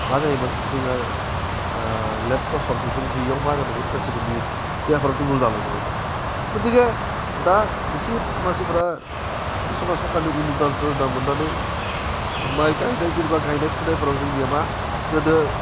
मा जायोमोन जोङो लेफ थसफ बेफोर गैयैआव मा जादोंमोन मानसिफोरनि देहाफोरा दुरबल जालांदोंमोन गथिखे दा एसे मानसिफोरा खिसुमान सरकारनि उनुदान सुनुदान मोन्नानै माइ गायनाय जेनोबा गायनाय फुनायफोराव जोंनिया मा गोदो